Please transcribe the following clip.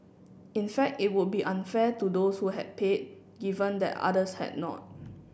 in fact it would be unfair to those who had paid given that others had not